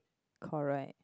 correct